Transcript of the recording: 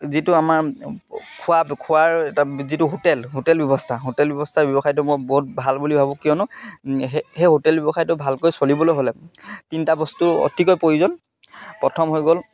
যিটো আমাৰ খোৱা খোৱাৰ এটা যিটো হোটেল হোটেল ব্যৱস্থা হোটেল ব্যৱস্থাৰ ব্যৱসায়টো মই বহুত ভাল বুলি ভাবোঁ কিয়নো সেই সেই হোটেল ব্যৱসায়টো ভালকৈ চলিবলৈ হ'লে তিনিটা বস্তু অতিকৈ প্ৰয়োজন প্ৰথম হৈ গ'ল